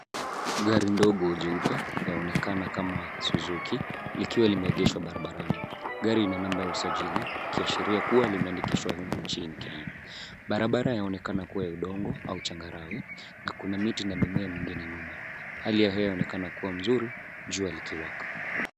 Gari ndogo jeupe yaonekana kama suzuki likiwa limeegeshwa barabarani. Gari lina number ya usajili ikiashiria kuwa limeandikishwa humu njini Kenya. Barabara yaonekana kuwa ya udongo au changarawe na kuna miti na mimea mengine nyuma. Hali ya hewa yaonekana kuwa nzuri jua likiwaka.